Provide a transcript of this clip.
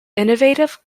innovative